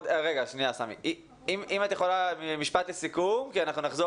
אם את יכולה משפט לסיכום כי אנחנו נחזור